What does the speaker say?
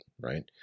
right